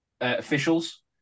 officials